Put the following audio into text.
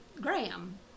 Graham